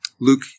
Luke